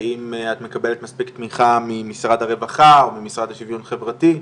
האם את מקבלת מספיק תמיכה ממשרד הרווחה או ממשרד השוויון חברתי,